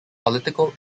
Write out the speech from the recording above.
political